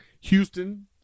Houston